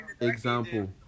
example